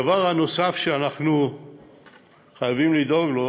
הדבר הנוסף שאנחנו חייבים לדאוג לו הוא